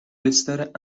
بستر